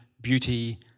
beauty